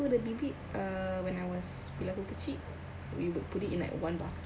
we would put it in like one bus